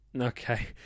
Okay